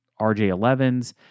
RJ11s